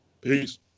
Peace